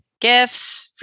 gifts